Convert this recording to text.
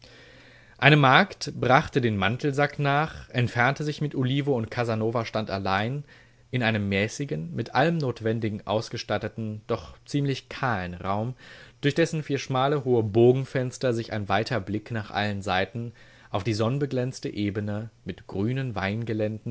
eine magd brachte den mantelsack nach entfernte sich mit olivo und casanova stand allein in einem mäßigen mit allem notwendigen ausgestatteten doch ziemlich kahlen raum durch dessen vier schmale hohe bogenfenster sich ein weiter blick nach allen seiten auf die sonnbeglänzte ebene mit grünen